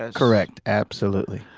ah correct. absolutely.